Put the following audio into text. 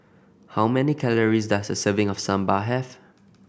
how many calories does a serving of Sambar have